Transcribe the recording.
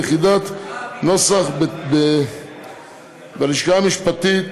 ליחידת נוסח החוק בלשכה המשפטית,